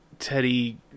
teddy